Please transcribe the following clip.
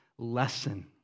lesson